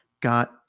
got